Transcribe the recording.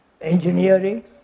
engineering